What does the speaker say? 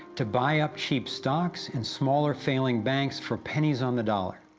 to buy up cheap stocks and smaller failing banks for pennys on the dollar.